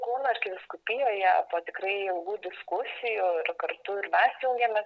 kauno arkivyskupijoje po tikrai ilgų diskusijų ir kartu ir mes jungėmės